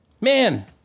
Man